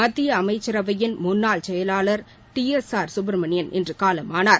மத்திய அமைச்சரவையின் முன்னாள் செயலாளர் டி எஸ் ஆர் சுப்பிரமணியன் இன்று காலமானார்